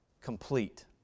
complete